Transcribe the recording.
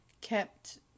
kept